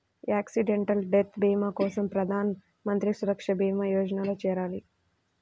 accidental death భీమా కోసం ప్రధాన్ మంత్రి సురక్షా భీమా యోజనలో చేరాలి